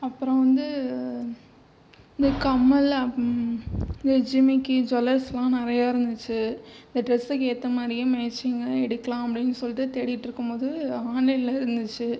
அப்புறம் வந்து இந்த கம்மல் இந்த ஜிமிக்கி ஜுவல்லர்ஸெலாம் நிறைய இருந்துச்சு இந்த ட்ரெஸுக்கு ஏற்ற மாதிரியும் மேச்சிங்காக எடுக்கலாம் அப்படின்னு சொல்லிவிட்டு தேடிகிட்டுருக்கும்போது ஆன்லைனில் இருந்துச்சு